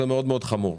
זה מאוד מאוד חמור.